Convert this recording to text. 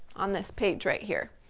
on this page right here.